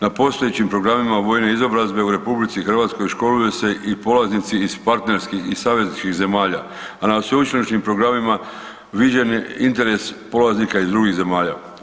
Na postojećim programima vojne izobrazbe u RH školuju se i polaznici iz partnerskih i savezničkih zemalja, a na sveučilišnim programima viđen je interes polaznika iz drugih zemalja.